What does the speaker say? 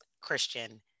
Christian